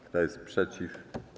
Kto jest przeciw?